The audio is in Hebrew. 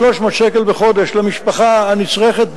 300 שקל בחודש למשפחה הנצרכת,